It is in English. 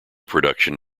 production